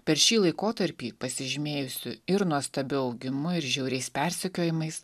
per šį laikotarpį pasižymėjusiu ir nuostabiu augimu ir žiauriais persekiojimais